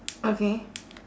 okay